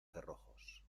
cerrojos